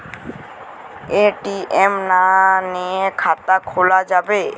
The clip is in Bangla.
এ.টি.এম না নিয়ে খাতা খোলা যাবে?